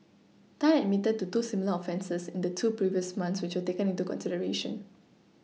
Tan admitted to two similar offences in the two previous months which were taken into consideration